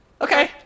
Okay